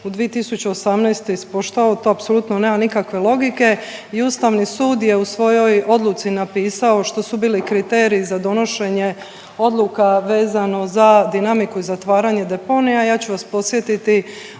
u 2018. ispoštovao, to apsolutno nema nikakve logike. I Ustavni sud je u svojoj odluci napisao što su bili kriteriji za donošenje odluka vezano za dinamiku i zatvaranje deponija. Ja ću vas podsjetiti,